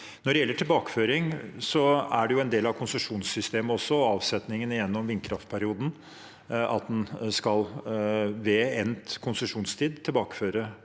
Når det gjelder tilbakeføring, er det jo en del av konsesjonssystemet og avsetningene gjennom vindkraftperioden at en ved endt konsesjonstid skal tilbakeføre